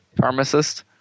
Pharmacist